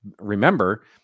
remember